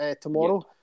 tomorrow